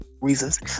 reasons